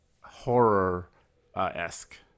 horror-esque